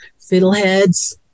fiddleheads